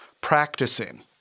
practicing